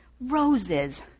roses